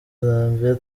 zambia